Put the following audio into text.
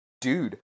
dude